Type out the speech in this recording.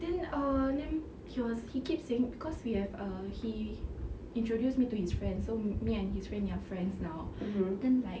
then uh then he was he keeps saying cause we have uh he introduce me to his friend so me and his friend yang friends now then like